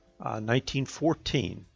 1914